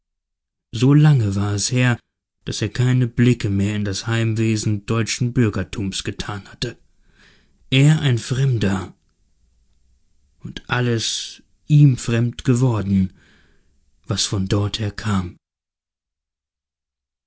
so lange war es her daß er keine blicke mehr in das heimwesen deutschen bürgertums getan hatte er ein fremder und alles ihm fremd geworden was von dorther kam